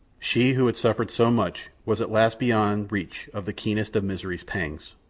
she who had suffered so much was at last beyond reach of the keenest of misery's pangs,